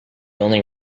only